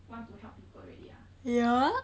want to help people already ah